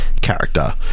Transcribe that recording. character